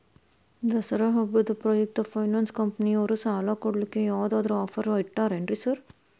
ದಸರಾ ಹಬ್ಬದ ಪ್ರಯುಕ್ತ ಫೈನಾನ್ಸ್ ಕಂಪನಿಯವ್ರು ಸಾಲ ಕೊಡ್ಲಿಕ್ಕೆ ಯಾವದಾದ್ರು ಆಫರ್ ಇಟ್ಟಾರೆನ್ರಿ ಸಾರ್?